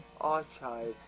Archives